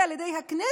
על ידי הכנסת,